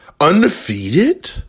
undefeated